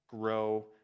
grow